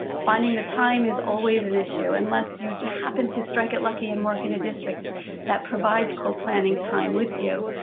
finding the time is always an issue, unless you happen to strike it lucky and work in a district that provides co-planning time with you.